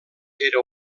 era